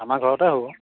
আমাৰ ঘৰতে হ'ব